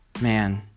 man